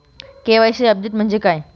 KYC update म्हणजे काय?